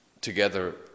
together